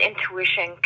intuition